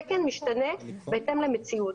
תקן משתנה בהתאם למציאות.